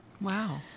Wow